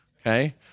okay